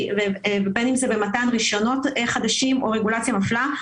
ובין אם זה במתן רישיונות חדשים או רגולציה מפלה,